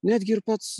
netgi ir pats